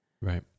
Right